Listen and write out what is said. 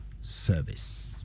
service